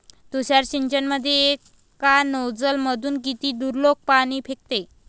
तुषार सिंचनमंदी एका नोजल मधून किती दुरलोक पाणी फेकते?